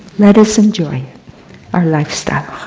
let us enjoy our lifestyle.